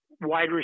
wide